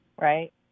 right